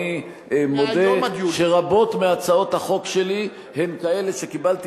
אני מודה שרבות מהצעות החוק שלי הן כאלה שלאחר שקיבלתי